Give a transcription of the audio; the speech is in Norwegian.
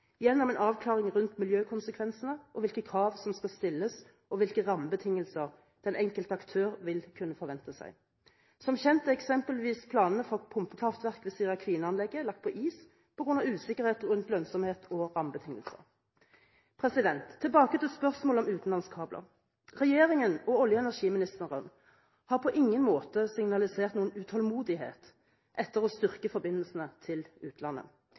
gjennom en avklaring rundt miljøkonsekvensene og hvilke krav som skal stilles, og hvilke rammebetingelser den enkelte aktør vil kunne forvente seg. Som kjent er eksempelvis planene for pumpekraftverk ved Sira–Kvina-anlegget lagt på is på grunn av usikkerhet rundt lønnsomhet og rammebetingelser. Tilbake til spørsmålet om utenlandskabler. Regjeringen og olje- og energiministeren har på ingen måte signalisert noen utålmodighet etter å styrke forbindelsene til utlandet.